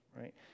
right